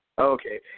Okay